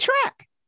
track